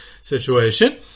situation